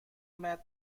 met